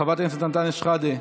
חבר הכנסת אנטאנס שחאדה.